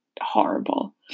horrible